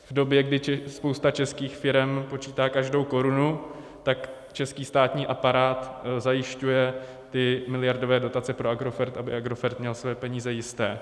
V době, kdy spousta českých firem počítá každou korunu, tak český státní aparát zajišťuje ty miliardové dotace pro Agrofert, aby Agrofert měl své peníze jisté.